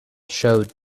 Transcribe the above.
showed